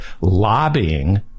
lobbying